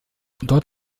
dort